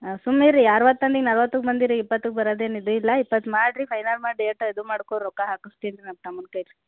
ಹಾಂ ಸುಮ್ನಿರಿ ರೀ ಅರುವತ್ತು ಅಂದು ಈಗ ನಲ್ವತ್ತಕ್ಕೆ ಬಂದೀರಿ ಇಪ್ಪತ್ತಕ್ಕೆ ಬರದೇನು ಇದು ಇಲ್ಲ ಇಪ್ಪತ್ತು ಮಾಡಿರಿ ಫೈನಲ್ ಮಾಡಿ ಡೇಟ ಇದು ಮಾಡ್ಕೋ ರೊಕ್ಕ ಹಾಕಿಸ್ತೀನ್ ನನ್ನ ತಮ್ಮನ ಕೈಲಿ